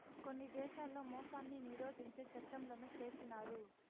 కొన్ని దేశాల్లో మోసాన్ని నిరోధించే చట్టంలను చేసినారు